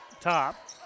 top